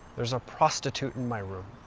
there's a prostitute in my room.